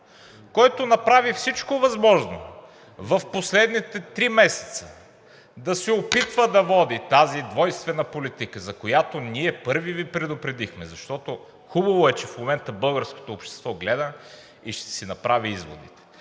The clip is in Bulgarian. който направи всичко възможно в последните три месеца да се опитва да води тази двойствена политика, за която ние първи Ви предупредихме, защото хубаво е, че в момента българското общество гледа и ще си направи изводите.